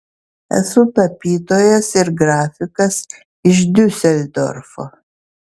esu tapytojas ir grafikas iš diuseldorfo